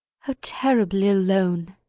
how terribly alone!